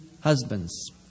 husbands